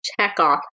checkoff